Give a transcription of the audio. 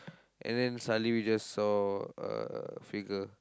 and then suddenly we just saw a figure